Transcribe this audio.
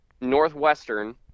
Northwestern